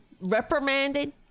Reprimanded